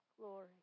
glory